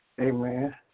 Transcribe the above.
amen